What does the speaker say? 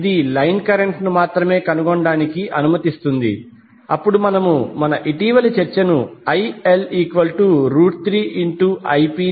ఇది line current ను మాత్రమే కనుగొనటానికి అనుమతిస్తుంది అప్పుడు మనము మన ఇటీవలి చర్చను IL3Ip